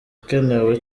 ikenewe